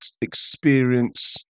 experience